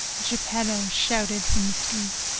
geppetto shouted from the street.